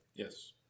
Yes